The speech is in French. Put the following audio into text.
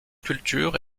culture